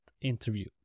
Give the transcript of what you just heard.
interview